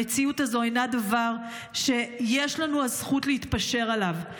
המציאות הזו אינה דבר שיש לנו הזכות להתפשר עליו.